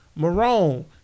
Marone